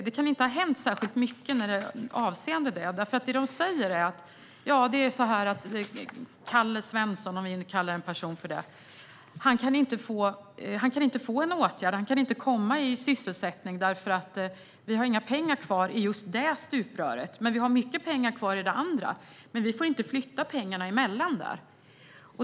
Det kan inte ha hänt särskilt mycket avseende det, för vad de säger är: Kalle Svensson - vi kan hitta på att en person heter så - kan inte få en åtgärd eller komma i sysselsättning, för vi har inga pengar kvar i just det stupröret. Vi har mycket pengar kvar i det andra stupröret men får inte flytta pengarna mellan dem.